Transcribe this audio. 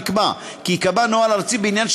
נקבע כי ייקבע נוהל ארצי בעניין,